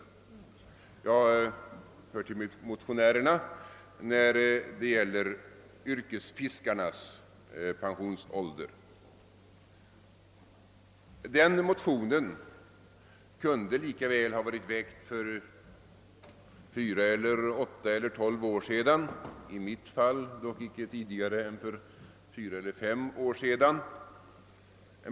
Jag hör till motionärerna när det gäller yrkesfiskarnas pensionsålder. Denna motion kunde lika väl ha varit väckt för 4 eller 8 eller 12 år sedan, i mitt fall dock icke tidigare än för 4 eller 5 år sedan.